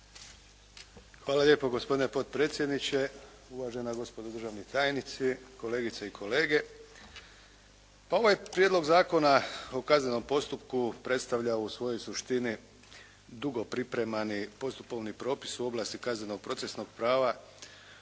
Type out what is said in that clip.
Hvala lijepo gospodine potpredsjedniče, uvažena gospodo državni tajnici, kolegice i kolege. Ovaj Prijedlog zakona o kaznenom postupku predstavlja u svojoj suštini dugo pripremani postupovni propis u ovlasti kaznenog procesnog prava